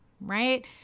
right